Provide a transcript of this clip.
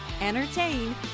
entertain